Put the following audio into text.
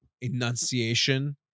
enunciation